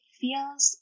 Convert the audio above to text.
feels